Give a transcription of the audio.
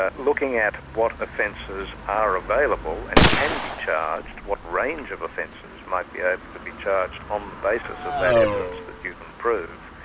ah looking at what offences are available and can be charged, what range of offences might be able to be charged on the basis of that evidence that you can prove,